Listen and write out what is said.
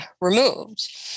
removed